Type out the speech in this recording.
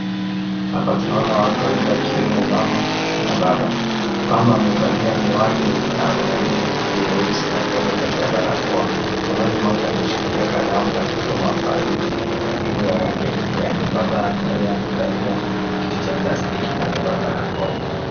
Hapa tunaona watu wawili akiwemo mama na baba. Mama amevalia miwani na akona nywele fupi nyeusi na pia amevalia barakoa. Mkononi mwake ameshikilia kalamu na kusoma faili iliyo ya rangi ya kijani. Baba naye amekalia kiti cha plastiki na amevaa barakoa pia.